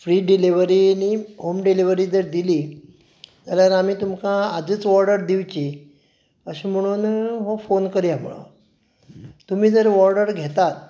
free delivery आनी home delivery जर दिली जाल्यार आमी तुमकां आजच ऑर्डर दिवची अशें म्हणून हो फोन करुया म्हळें तुमी जर ऑर्डर घेतात